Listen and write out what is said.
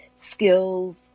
skills